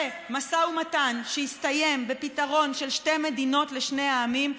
ומשא ומתן שיסתיים בפתרון של שתי מדינות לשני העמים,